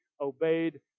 obeyed